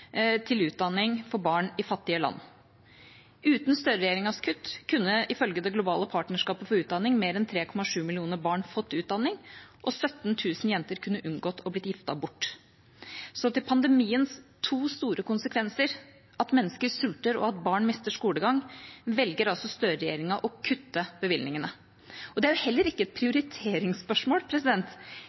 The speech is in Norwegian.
utdanning for barn i fattige land. Uten Støre-regjeringas kutt kunne ifølge Det globale partnerskapet for utdanning mer enn 3,7 millioner barn fått utdanning, og 17 000 jenter kunne unngått å bli giftet bort. Når det gjelder pandemiens to store konsekvenser, at mennesker sulter og at barn mister skolegang, velger altså Støre-regjeringa å kutte bevilgningene. Det er heller ikke et prioriteringsspørsmål.